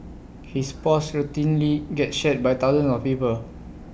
his posts routinely get shared by thousands of people